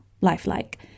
lifelike